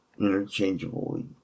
interchangeably